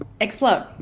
Explode